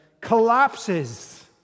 collapses